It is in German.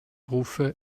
rufe